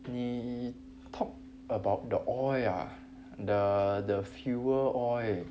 你 talk about the oil ah the the fuel oil